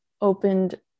opened